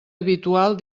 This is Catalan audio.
habitual